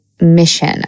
mission